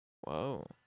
Whoa